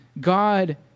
God